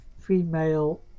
female